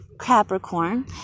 Capricorn